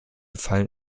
fallen